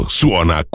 suona